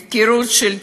הפקרות של ציבור.